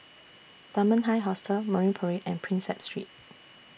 Dunman High Hostel Marine Parade and Prinsep Street